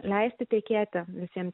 leisti tekėti visiem